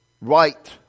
right